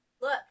look